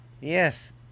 Yes